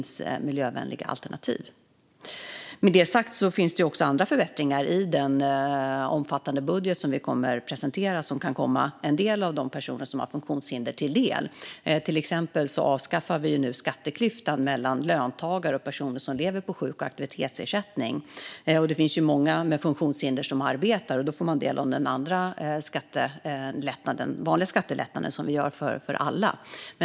Med detta sagt finns det i den omfattande budget som vi kommer att presentera andra förbättringar som kan komma en del av de personer som har funktionshinder till del. Exempelvis avskaffar vi nu skatteklyftan mellan löntagare och personer som lever på sjuk och aktivitetsersättning. Det finns även många med funktionshinder som arbetar och då får del av den andra, vanliga skattelättnad som vi gör för alla.